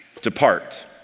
Depart